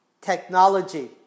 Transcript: technology